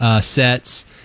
sets